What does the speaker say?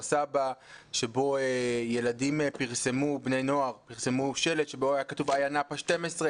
סבא שבו בני נוער פרסמו שלט שבו היה כתוב: "איה נאפה 12,